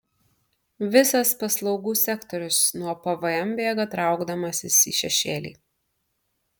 visas paslaugų sektorius nuo pvm bėga traukdamasis į šešėlį